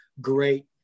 Great